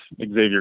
Xavier